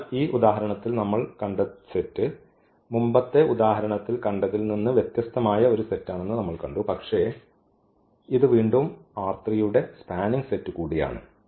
അതിനാൽ ഈ ഉദാഹരണത്തിൽ നമ്മൾ കണ്ടത സെറ്റ് മുമ്പത്തെ ഉദാഹരണത്തിൽ കണ്ടതിൽ നിന്ന് വ്യത്യസ്തമായ ഒരു സെറ്റാണെന്ന് നമ്മൾ കണ്ടു പക്ഷേ ഇത് വീണ്ടും ഈ യുടെ സ്പാനിങ് സെറ്റ് കൂടിയാണ്